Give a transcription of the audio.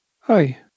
Hi